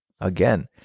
again